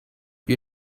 you